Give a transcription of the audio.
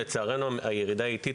לצערנו הירידה היא איטית,